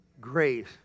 grace